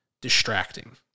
distracting